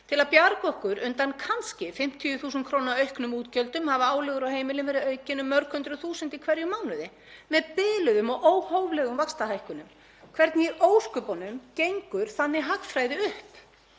Til að bjarga okkur undan kannski 50.000 kr. auknum útgjöldum hafa álögur á heimilin verið auknar um mörg hundruð þúsund í hverjum mánuði með biluðum og óhóflegum vaxtahækkunum. Hvernig í ósköpunum gengur þannig hagfræði upp?